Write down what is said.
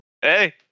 Hey